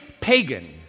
pagan